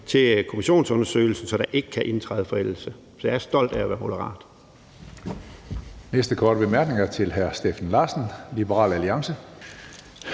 til kommissionsundersøgelsen, så der ikke kan indtræde en forældelse. Så jeg er stolt af at være Moderat.